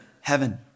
heaven